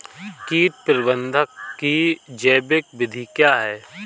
कीट प्रबंधक की जैविक विधि क्या है?